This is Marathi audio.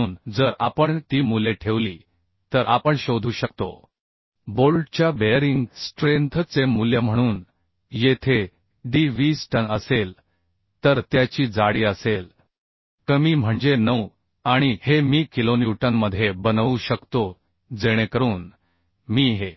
53 म्हणून जर आपण ती मूल्ये ठेवली तर आपण शोधू शकतो बोल्टच्या बेअरिंग स्ट्रेंथ चे मूल्य म्हणून येथे d 20 टन असेल तर त्याची जाडी असेल कमी म्हणजे 9 आणि हे मी किलोन्यूटनमध्ये बनवू शकतो जेणेकरून मी हे